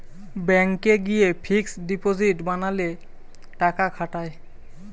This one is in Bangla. ব্যাংকে গিয়ে ফিক্সড ডিপজিট বানালে টাকা খাটায়